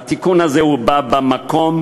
התיקון הזה בא בַּמקום,